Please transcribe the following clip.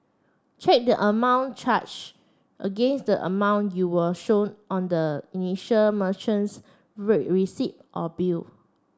check the amount charge against a amount you were shown on the initial merchant's receipt or bill